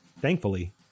Thankfully